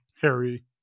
Harry